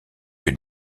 que